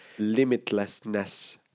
limitlessness